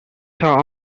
saw